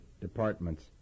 departments